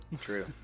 true